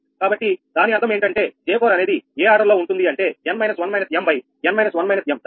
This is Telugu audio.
కాబట్టి దాని అర్థం ఏంటంటే J4 అనేది ఏ ఆర్డర్ లో ఉంటుంది అంటే 𝑛 − 1 − 𝑚 ∗ 𝑛 − 1 − 𝑚 సరేనా